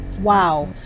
Wow